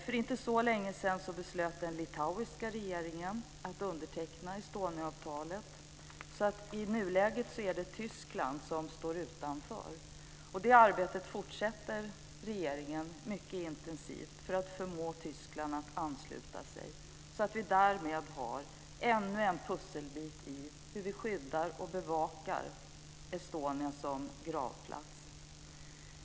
För inte så länge sedan beslöt den litauiska regeringen att underteckna Estoniaavtalet. I nuläget är det Tyskland som står utanför. Regeringen fortsätter intensivt att försöka förmå Tyskland att ansluta sig, så att vi därmed har ännu en pusselbit i hur vi skyddar och bevakar Estonia som gravplats.